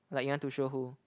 like you want to show who